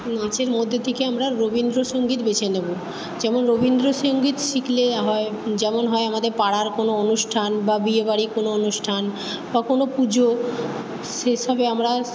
নাচের মধ্যে থেকে আমরা রবীন্দ্রসঙ্গীত বেছে নেব যেমন রবীন্দ্রসঙ্গীত শিখলে হয় যেমন হয় আমাদের পাড়ার কোনও অনুষ্ঠান বা বিয়েবাড়ির কোনও অনুষ্ঠান বা কোনও পুজো সে সবে আমরা